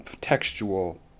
textual